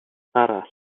arall